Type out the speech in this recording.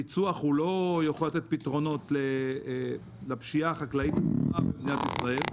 הפיצוח לא יכול לתת פתרונות לפשיעה החקלאית הנהוגה במדינת ישראל.